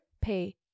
pay